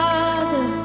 Father